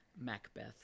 Macbeth